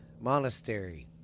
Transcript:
Monastery